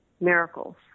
miracles